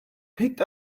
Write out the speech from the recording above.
picked